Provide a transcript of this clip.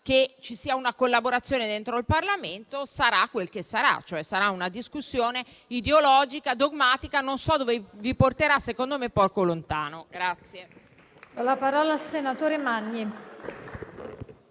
che ci sia una collaborazione dentro il Parlamento, sarà quel che sarà, cioè sarà una discussione ideologica e dogmatica. Non so dove vi porterà, ma secondo me vi porterà